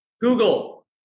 google